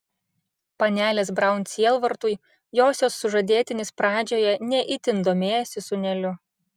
panelės braun sielvartui josios sužadėtinis pradžioje ne itin domėjosi sūneliu